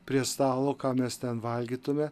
prie stalo ką mes ten valgytume